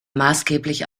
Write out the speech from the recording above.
maßgeblich